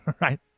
Right